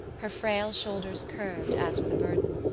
her frail shoulders curved as with a burden,